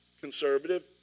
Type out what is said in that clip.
conservative